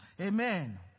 Amen